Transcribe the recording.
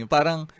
Parang